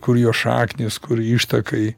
kur jo šaknys kur ištakai